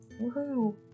Woohoo